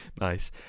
Nice